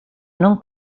non